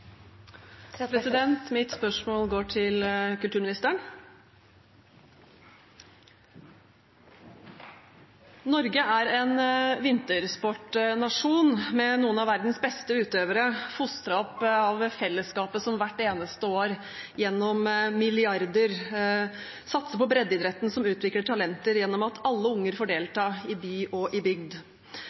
en vintersportnasjon med noen av verdens beste utøvere fostret opp av fellesskapet, som hvert eneste år, gjennom milliarder, satser på breddeidretten, som utvikler talenter gjennom at alle unger i by og i bygd får delta. Det norske folket samler seg om vintersportarrangementene, både ute i løypa når det skjer, og